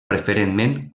preferentment